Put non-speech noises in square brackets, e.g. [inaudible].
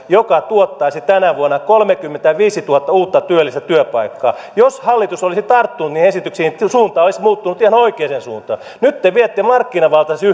joka tuottaisi tänä vuonna kolmekymmentäviisituhatta uutta työllistä työpaikkaa jos hallitus olisi tarttunut niihin esityksiin suunta olisi muuttunut ihan oikeaan suuntaan nyt te viette markkinavaltaiseksi [unintelligible]